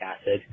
acid